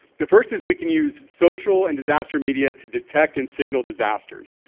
the first is we can use social and disaster media to detect and signal disasters.